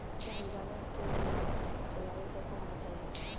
प्याज उगाने के लिए जलवायु कैसा होना चाहिए?